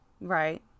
right